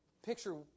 Picture